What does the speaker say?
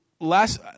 Last